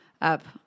up